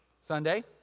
Sunday